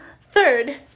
Third